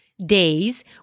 days